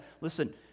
listen